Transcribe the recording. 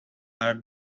are